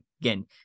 again –